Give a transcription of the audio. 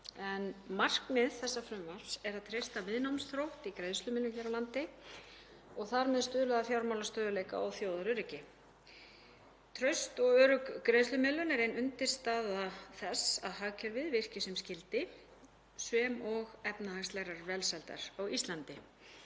Markmið þessa frumvarps er að treysta viðnámsþrótt í greiðslumiðlunar hér á landi og þar með stuðla að fjármálastöðugleika og þjóðaröryggi. Traust og örugg greiðslumiðlun er ein undirstaða þess að hagkerfið virki sem skyldi sem og efnahagslegrar velsældar á Íslandi.